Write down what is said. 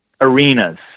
arenas